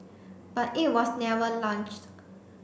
but it was never launched